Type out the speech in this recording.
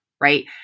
right